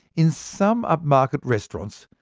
in some upmarket restaurants,